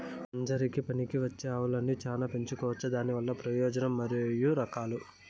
నంజరకి పనికివచ్చే ఆవులని చానా పెంచుకోవచ్చునా? దానివల్ల ప్రయోజనం మరియు రకాలు?